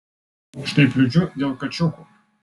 aš taip liūdžiu dėl kačiukų